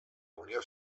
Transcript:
unió